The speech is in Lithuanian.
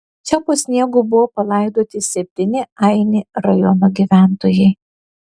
čia po sniegu buvo palaidoti septyni aini rajono gyventojai